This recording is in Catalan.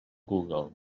google